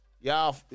y'all